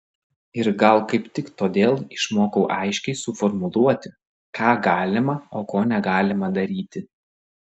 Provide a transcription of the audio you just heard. ir gal kaip tik todėl išmokau aiškiai suformuluoti ką galima o ko negalima daryti